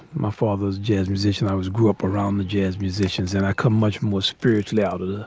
my father's jazz musician, i was grew up around the jazz musicians and i come much more spiritually out and